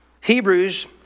Hebrews